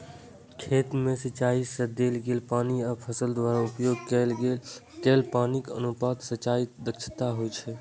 खेत मे सिंचाइ सं देल गेल पानि आ फसल द्वारा उपभोग कैल पानिक अनुपात सिंचाइ दक्षता होइ छै